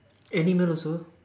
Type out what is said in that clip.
animal also